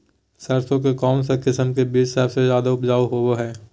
सरसों के कौन किस्म के बीच सबसे ज्यादा उपजाऊ होबो हय?